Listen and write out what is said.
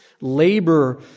labor